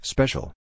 Special